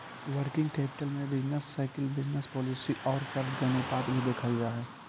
working capital में business cycle business policy औउर कर्ज के अनुपात भी देखल जा हई